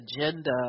agenda